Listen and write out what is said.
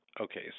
Okay